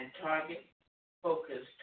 target-focused